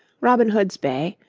robin hood's bay,